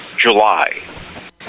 July